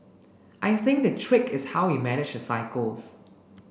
I think the trick is how we manage the cycles